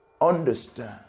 understand